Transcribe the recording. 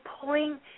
pulling